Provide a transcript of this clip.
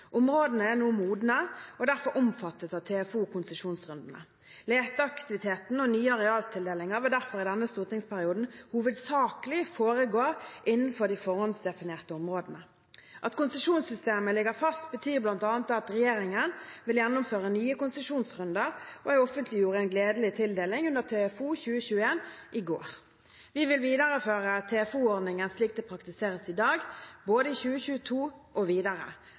Områdene er nå modne og derfor omfattet av TFO-konsesjonsrundene. Leteaktiviteten og nye arealtildelinger vil derfor i denne stortingsperioden hovedsakelig foregå innenfor de forhåndsdefinerte områdene. At konsesjonssystemet ligger fast, betyr bl.a. at regjeringen vil gjennomføre nye konsesjonsrunder. Jeg offentliggjorde en gledelig tildeling under TFO 2021 i går. Vi vil videreføre TFO-ordningen slik det praktiseres i dag, både i 2022 og videre.